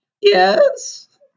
Yes